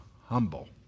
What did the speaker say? humble